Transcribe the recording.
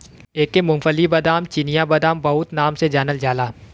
एके मूंग्फल्ली, बादाम, चिनिया बादाम बहुते नाम से जानल जाला